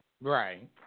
Right